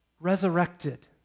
resurrected